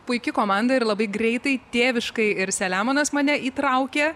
puiki komanda ir labai greitai tėviškai ir selemonas mane įtraukė